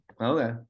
Okay